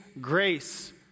grace